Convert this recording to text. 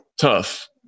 tough